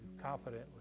confidently